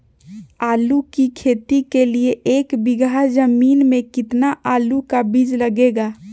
आलू की खेती के लिए एक बीघा जमीन में कितना आलू का बीज लगेगा?